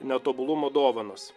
netobulumo dovanos